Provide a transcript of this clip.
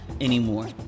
anymore